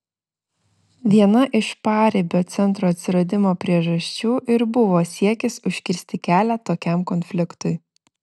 viena iš paribio centro atsiradimo priežasčių ir buvo siekis užkirsti kelią tokiam konfliktui